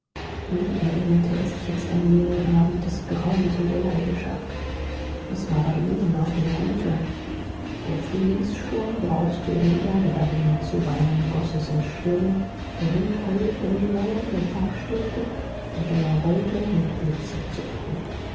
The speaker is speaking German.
wie erinnerte er sich jetzt an jenen abend des grauens und der leidenschaft es war bei ihnen auf dem gute der frühlingssturm brauste über die erde dahin zuweilen goß es in strömen der wind heulte um die mauern der park stöhnte der donner rollte und blitze zuckten